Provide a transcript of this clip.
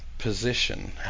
position